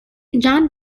john